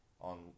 On